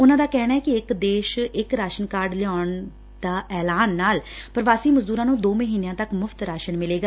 ਉਨਾਂ ਦਾ ਕਹਿਣੈ ਕਿ ਇਕ ਦੇਸ਼ ਇਕ ਰਾਸਨ ਕਾਰਡ ਲਿਆਉਣ ਦੇ ਐਲਾਨ ਨਾਲ ਪ੍ਰਵਾਸੀ ਮਜ਼ਦੂਰਾ ਨੂੰ ਦੋ ਮਹੀਨਿਆਂ ਤੱਕ ਮੁਫ਼ਤ ਰਾਸ਼ਨ ਮਿਲੇਗਾ